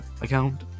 account